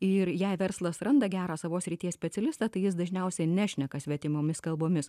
ir jei verslas randa gerą savo srities specialistą tai jis dažniausiai nešneka svetimomis kalbomis